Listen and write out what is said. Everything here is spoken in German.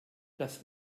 das